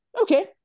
okay